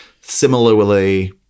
Similarly